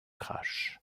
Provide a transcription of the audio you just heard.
crash